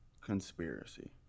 conspiracy